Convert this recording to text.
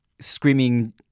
screaming